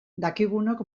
dakigunok